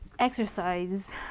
exercise